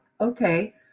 okay